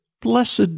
Blessed